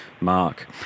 Mark